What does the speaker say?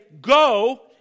Go